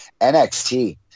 NXT